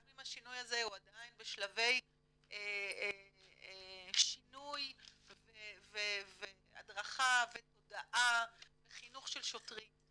גם אם השינוי הזה עדיין בשלבי שינוי והדרכה ותודעה וחינוך של שוטרים.